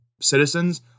citizens